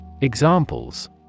Examples